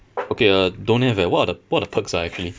okay uh don't have eh what are the what are the perks ah actually